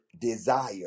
desire